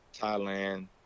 thailand